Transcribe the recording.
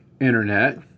Internet